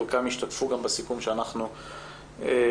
חלקם ישתקפו גם בסיכום שאנחנו נוציא.